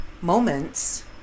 moments